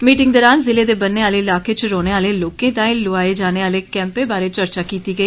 meeting दौरान जिले दे बन्ने आहले इलाकें च रौहने आले लोकें ताईं लोआए जाने आले कैम्पें बारै चर्चा कीती गेई